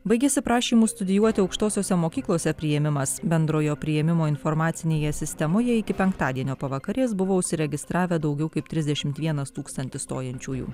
baigiasi prašymų studijuoti aukštosiose mokyklose priėmimas bendrojo priėmimo informacinėje sistemoje iki penktadienio pavakarės buvo užsiregistravę daugiau kaip trisdešim vienas tūkstantis stojančiųjų